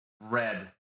Red